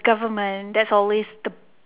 government that always the